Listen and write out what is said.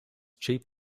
chief